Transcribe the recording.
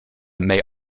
may